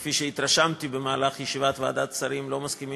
שכפי שהתרשמתי בישיבת ועדת השרים לא מסכימים